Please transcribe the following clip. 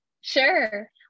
Sure